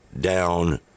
down